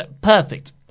perfect